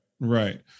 Right